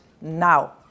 now